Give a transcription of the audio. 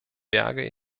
berge